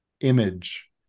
image